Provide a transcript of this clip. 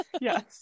Yes